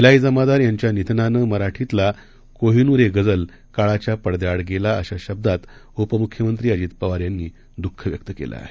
आहीजमादारयांच्यानिधनानंमराठीतलाको हिनूर ए गझल काळाच्यापडद्याआडगेलाअशाशब्दातउपमुख्यमंत्रीअजितपवारयांनीदुःखव्यक्तकेलंआहे